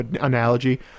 analogy